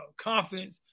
confidence